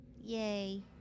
Yay